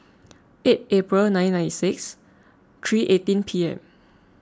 eight April nineteen ninety six three eighteen P M